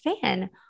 fan